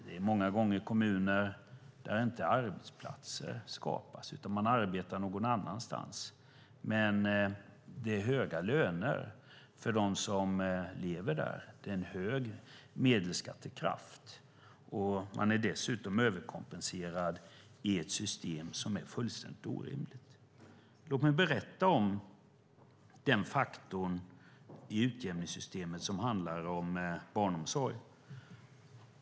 Det är många gånger kommuner där arbetsplatser inte skapas utan folk arbetar någon annanstans. Men det är höga löner för dem som lever där. Det är en hög medelskattekraft. Man är dessutom överkompenserad i ett system som är fullständigt orimligt. Låt mig berätta om den faktor i utjämningssystemet som handlar om barnomsorg.